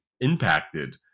impacted